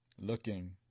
looking